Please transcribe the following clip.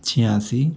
छियासी